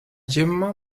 gemma